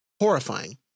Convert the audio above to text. Horrifying